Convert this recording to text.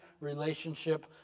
relationship